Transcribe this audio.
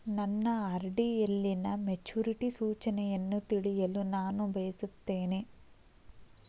ನನ್ನ ಆರ್.ಡಿ ಯಲ್ಲಿನ ಮೆಚುರಿಟಿ ಸೂಚನೆಯನ್ನು ತಿಳಿಯಲು ನಾನು ಬಯಸುತ್ತೇನೆ